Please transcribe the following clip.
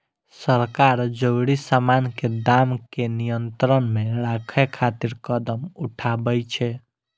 सरकार जरूरी सामान के दाम कें नियंत्रण मे राखै खातिर कदम उठाबै छै